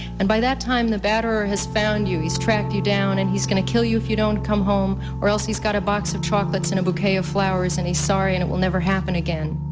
and by that time, the batterer has found you. he's tracked you down, and he's going to kill you if you don't come home or else he's got a box of chocolates and a bouquet of flowers, and he's sorry, and it will never happen again.